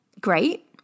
great